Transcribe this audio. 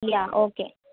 yeah okay